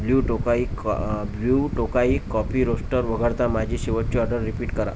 blue Tokai कॉ Blue Tokai coffee roaster वगळता माझी शेवटची ऑर्डर रिपीट करा